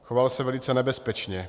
Choval se velice nebezpečně.